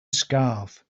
scarf